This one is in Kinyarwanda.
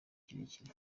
kirekire